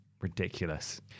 Ridiculous